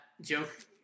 joke